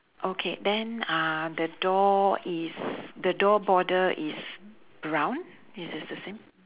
okay then uh the door is the door border is brown is this the same